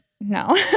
No